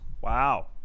Wow